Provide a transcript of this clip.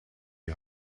die